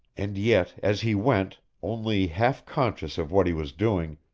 and yet as he went, only half-conscious of what he was doing,